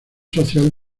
social